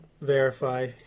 verify